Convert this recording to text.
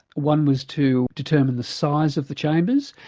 one was to determine the size of the chambers,